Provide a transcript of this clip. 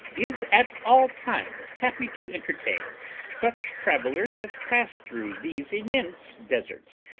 is at all times happy to entertain such travellers as pass through these immense deserts,